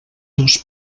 dos